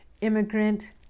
immigrant